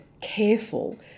careful